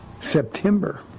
September